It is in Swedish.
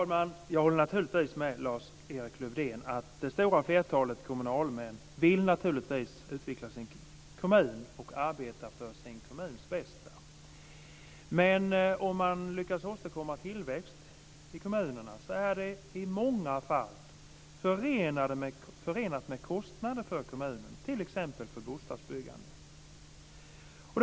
Fru talman! Jag håller naturligtvis med Lars-Erik Lövdén om att det stora flertalet kommunalmän vill utveckla sin kommun och arbetar för sin kommuns bästa. Men om man lyckas åstadkomma tillväxt i kommunerna är det i många fall förenat med kostnader för kommunen, t.ex. för bostadsbyggande.